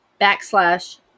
backslash